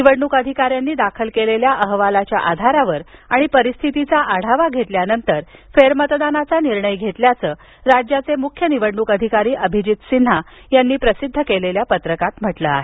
निवडणूक अधिकाऱ्यांनी दाखल केलेल्या अहवालाच्या आधारावर आणि परिस्थितीचा आढावा घेतल्यावर फेरमतदान घेण्याचा निर्णय घेतल्याचं राज्याचे मुख्य निवडणूक अधिकारी अभिजित सिन्हा यांनी प्रसिध्द केलेल्या पत्रकात म्हटलं आहे